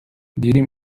دیدیم